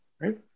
right